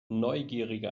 neugierige